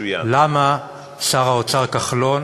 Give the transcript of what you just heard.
למה שר האוצר כחלון